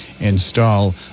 Install